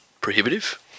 prohibitive